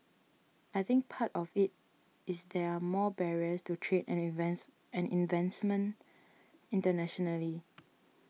I think part of it is there are more barriers to trade and investment and investments internationally